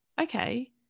okay